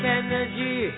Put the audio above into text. energy